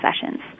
sessions